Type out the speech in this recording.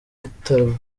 bitaraba